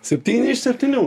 septyni iš septynių